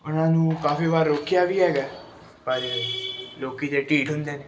ਉਹਨਾਂ ਨੂੰ ਕਾਫੀ ਵਾਰ ਰੋਕਿਆ ਵੀ ਹੈਗਾ ਪਰ ਲੋਕ ਤਾਂ ਢੀਠ ਹੁੰਦੇ ਨੇ